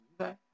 Okay